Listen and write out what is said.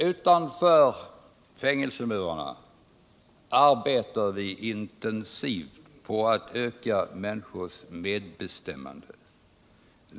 Utanför fängelsemurarna arbetar vi intensivt på att öka människors medbestämmande.